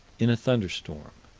in a thunderstorm.